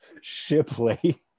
Shipley